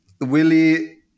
Willie